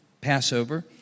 Passover